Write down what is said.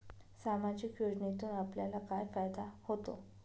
सामाजिक योजनेतून आपल्याला काय फायदा होतो?